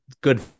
good